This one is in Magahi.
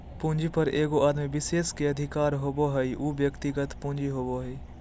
पूंजी पर एगो आदमी विशेष के अधिकार होबो हइ उ व्यक्तिगत पूंजी होबो हइ